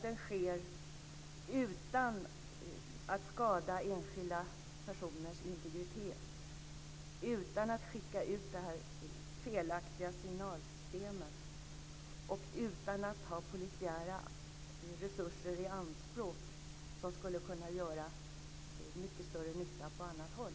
Den ska bedrivas utan att skada enskilda personers integritet, utan att sända ut felaktiga signaler och utan att ta polisiära resurser i anspråk som skulle kunna göra mycket större nytta på annat håll.